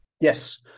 Yes